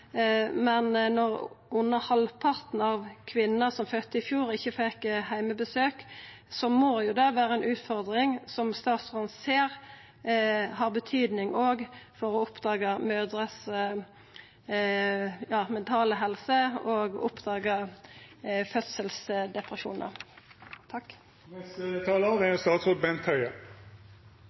men når under halvparten av kvinnene som fødde i fjor, fekk heimebesøk, må det vera ei utfordring som statsråden ser har betydning òg for mødrers mentale helse og for å oppdaga fødselsdepresjonar. Takk for tilbakemeldingen på mitt svar. Det er